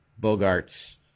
Bogarts